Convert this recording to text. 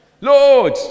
lord